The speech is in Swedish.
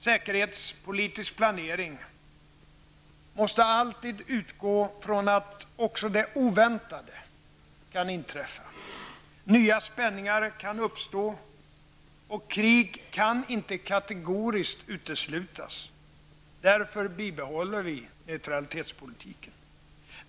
Säkerhetspolitisk planering måste alltid utgå från att också det oväntade kan inträffa. Nya spänningar kan uppstå, och krig kan inte kategoriskt uteslutas. Därför bibehåller vi neutralitetspolitiken.